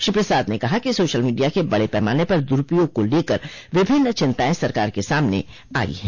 श्री प्रसाद ने कहा कि सोशल मीडिया के बड़े पैमाने पर दुरुपयोग को लेकर विभिन्न चिंताएं सरकार के सामने आई हैं